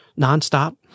nonstop